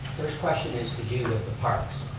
first question is to do with the parks,